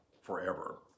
forever